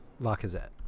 Lacazette